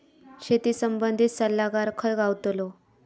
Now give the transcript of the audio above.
शेती संबंधित सल्लागार खय गावतलो?